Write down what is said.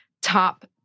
top